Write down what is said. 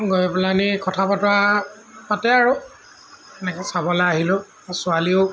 গৈ পেলানি কথা বতৰা পাতে আৰু এনেকৈ চাব আহিলোঁ ছোৱালীও